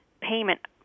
payment